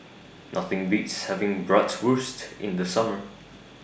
Nothing Beats having Bratwurst in The Summer